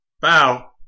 Bow